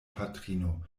patrino